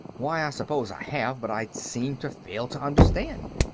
why, i suppose i have, but i seem to fail to understand.